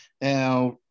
Now